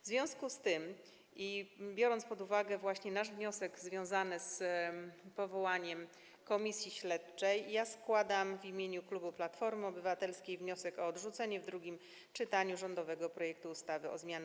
W związku z tym oraz biorąc pod uwagę nasz wniosek związany z powołaniem Komisji Śledczej, składam w imieniu klubu Platformy Obywatelskiej wniosek o odrzucenie w drugim czytaniu rządowego projektu ustawy o zmianie